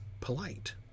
polite